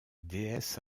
déesse